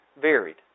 varied